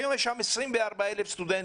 היום יש שם 24,000 סטודנטים.